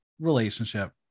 relationship